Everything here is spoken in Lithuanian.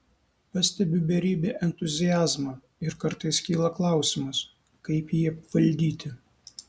pastebiu beribį entuziazmą ir kartais kyla klausimas kaip jį apvaldyti